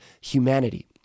humanity